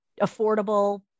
affordable